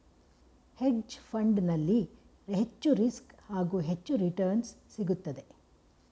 hedge fund ನಲ್ಲಿ ಹೆಚ್ಚು risk, ಹಾಗೂ ಹೆಚ್ಚು ರಿಟರ್ನ್ಸ್ ಸಿಗುತ್ತದೆ